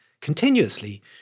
continuously